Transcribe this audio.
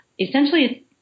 essentially